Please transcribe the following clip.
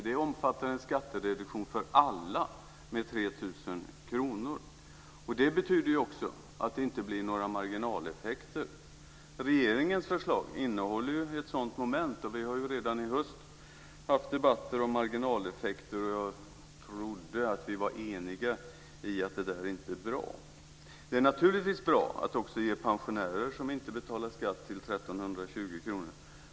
Det omfattar en skattereduktion för alla med 3 000 kr. Det betyder också att det inte blir några marginaleffekter. Regeringens förslag innehåller ett sådant moment. Vi har redan i höst haft debatter om marginaleffekter, och jag trodde att vi var eniga i att detta inte är bra. Det är naturligtvis bra att ge också pensionärer som inte betalar skatt 1 320 kr.